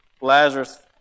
Lazarus